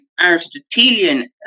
Aristotelian